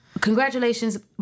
congratulations